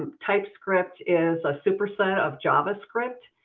typescript is a superset of javascript,